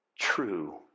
true